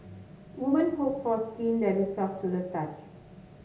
woman hope for skin that is soft to the touch